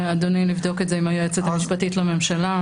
אדוני, אני אבדוק את זה עם היועצת המשפטית לממשלה.